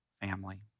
family